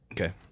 Okay